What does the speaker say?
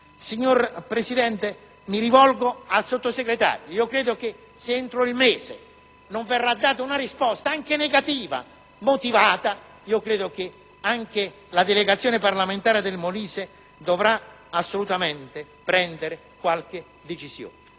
signor Presidente, onorevole Sottosegretario, se entro il mese non verrà data una risposta, anche negativa, ma motivata, credo che anche la delegazione parlamentare del Molise dovrà prendere qualche decisione.